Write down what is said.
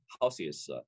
houses